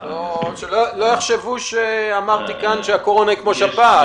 שלא יחשבו שאמרתי כאן שהקורונה היא כמו שפעת.